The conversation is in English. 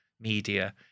media